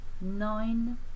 nine